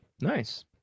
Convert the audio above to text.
Nice